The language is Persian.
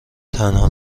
تنها